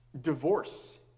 divorce